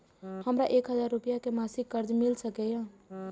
हमरा एक हजार रुपया के मासिक कर्जा मिल सकैये?